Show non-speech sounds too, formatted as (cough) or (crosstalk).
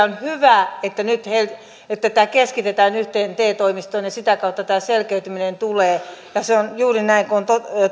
(unintelligible) on hyvä että nyt tämä keskitetään yhteen te toimistoon ja sitä kautta tämä selkeytyminen tulee ja se on juuri näin kuin on